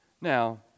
Now